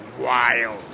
wild